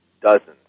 dozens